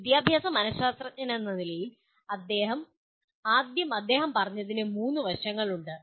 ഒരു വിദ്യാഭ്യാസ മനഃശാസ്ത്രജ്ഞനെന്ന നിലയിൽ ആദ്യം അദ്ദേഹം പറഞ്ഞതിന് മൂന്ന് വശങ്ങളുണ്ട്